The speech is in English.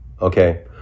okay